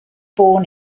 born